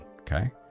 Okay